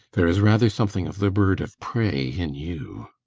there is rather something of the bird of prey in you.